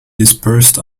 dispersed